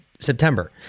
September